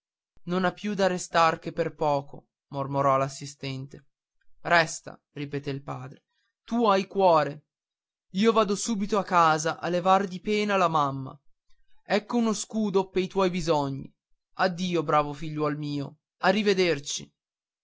non ha più da restar che per poco mormorò l'assistente resta ripeté il padre tu hai cuore io vado subito a casa a levar di pena la mamma ecco uno scudo pei tuoi bisogni addio bravo figliuolo mio a rivederci